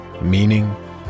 meaning